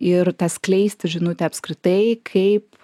ir tą skleisti žinutę apskritai kaip